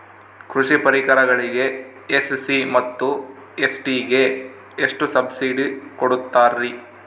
ಕೃಷಿ ಪರಿಕರಗಳಿಗೆ ಎಸ್.ಸಿ ಮತ್ತು ಎಸ್.ಟಿ ಗೆ ಎಷ್ಟು ಸಬ್ಸಿಡಿ ಕೊಡುತ್ತಾರ್ರಿ?